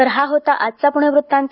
तर हा होता आजचा पुणे वृत्तांत